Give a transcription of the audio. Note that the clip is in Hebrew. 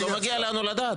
לא מגיע לנו לדעת?